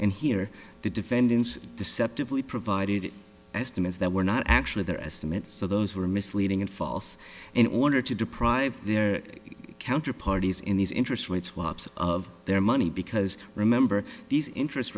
and here the defendants deceptively provided estimates that were not actually their estimate so those were misleading and false in order to deprive their counter parties in these interest rates wops of their money because remember these interest